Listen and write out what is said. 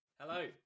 Hello